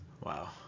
Wow